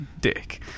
Dick